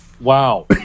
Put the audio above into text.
Wow